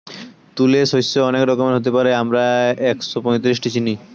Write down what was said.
তুলে শস্য অনেক রকমের হতে পারে, আমরা একশোপঁয়ত্রিশটি চিনি